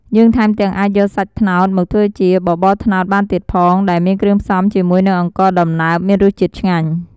យើងថែមទាំងអាចយកសាច់ត្នោតមកធ្វើជា បបរត្នោតបានទៀតផង ដែលមានគ្រឿងផ្សំជាមួយនឹងអង្ករដំណើបមានរសជាតិឆ្ងាញ់។